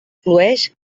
flueix